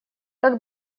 как